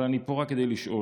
אבל אני פה רק כדי לשאול: